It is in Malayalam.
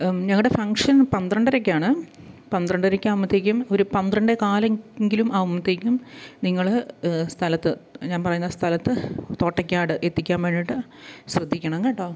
ഞങ്ങളുടെ ഫങ്ഷൻ പന്ത്രണ്ടരക്കാണ് പന്ത്രണ്ടരക്ക് ആവുമ്പോഴത്തേക്കും ഒരു പന്ത്രണ്ടേ കാലെങ്കിലും ആവുമ്പോഴത്തേക്കും നിങ്ങള് സ്ഥലത്ത് ഞാന് പറയുന്ന സ്ഥലത്ത് തോട്ടയ്ക്കാട് എത്തിക്കാന് വേണ്ടിയിട്ട് ശ്രദ്ധിക്കണം കേട്ടോ